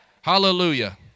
Hallelujah